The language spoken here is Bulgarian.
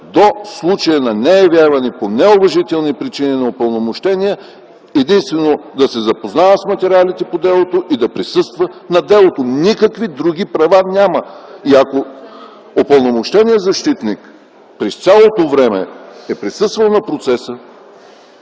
до случая на неявяване по неуважителни причини на упълномощения единствено да се запознава с материалите по делото и да присъства на делото. Никакви други права няма! И ако упълномощеният защитник през цялото време е присъствал на процеса